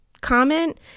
comment